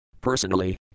Personally